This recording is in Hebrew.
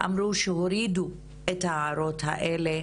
אמרו שהורידו את ההערות האלה